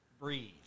breathe